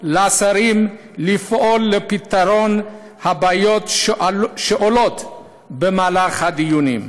לשרים לפעול לפתרון הבעיות שעולות במהלך הדיונים.